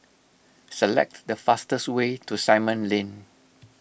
select the fastest way to Simon Lane